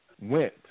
went